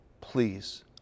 Please